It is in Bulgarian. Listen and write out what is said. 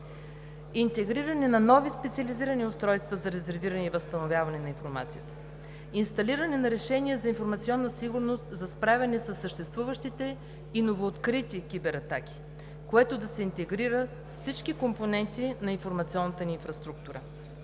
интегриране на нови специализирани устройства за резервиране и възстановяване на информацията; инсталиране на решения за информационна сигурност за справяне със съществуващите и новооткрити кибератаки, което да се интегрира с всички компоненти на информационната ни инфраструктура;